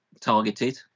targeted